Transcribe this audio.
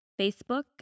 Facebook